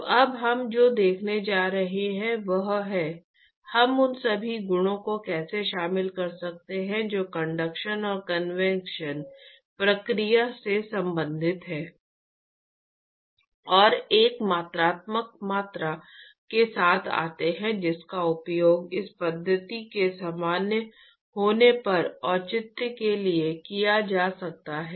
तो अब हम जो देखने जा रहे हैं वह है हम उन सभी गुणों को कैसे शामिल कर सकते हैं जो कंडक्शन और कन्वेक्शन प्रक्रिया से संबंधित हैं और एक मात्रात्मक मात्रा के साथ आते हैं जिसका उपयोग इस पद्धति के मान्य होने पर औचित्य के लिए किया जा सकता है